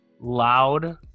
loud